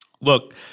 Look